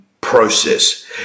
process